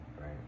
right